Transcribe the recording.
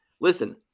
Listen